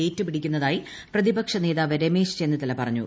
ഏറ്റുപിടിക്കുന്നതായി പ്ഷതിപക്ഷ നേതാവ് രമേശ് ചെന്നിത്തല പറഞ്ഞു